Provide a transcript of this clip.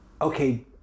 Okay